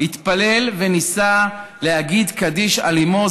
התפלל וניסה להגיד קדיש על אימו,